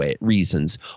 reasons